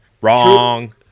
Wrong